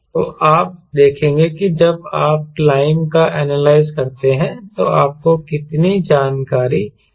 तो आप देखेंगे कि जब आप क्लाइंब को एनालाईज़ करते हैं तो आपको कितनी जानकारी मिलती है